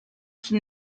qui